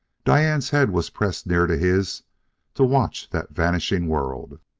diane's head was pressed near to his to watch that vanishing world.